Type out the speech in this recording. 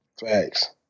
Facts